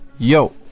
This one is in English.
yo